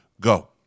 go